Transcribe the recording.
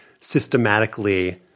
systematically